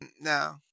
No